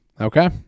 Okay